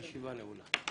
הישיבה נעולה.